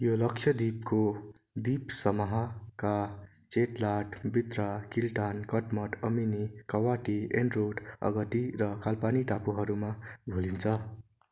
यो लक्षद्वीपको द्वीपसमूहका चेतलाट बित्रा किल्तान कदमत अमिनी कावरत्ती एन्ड्रोथ अगट्टी र कालपेनी टापुहरूमा बोलिन्छ